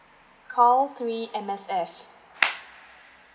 call three M_S_F